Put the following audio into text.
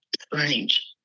strange